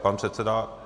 Pan předseda?